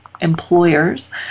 employers